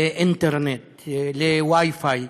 לאינטרנט, ל-Wi-Fi.